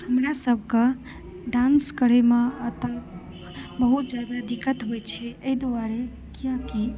हमरा सब के डांस करै मे अतय बहुत जादा दिक्कत होइ छै एहि दुआरे कियाकि